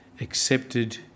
accepted